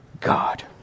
God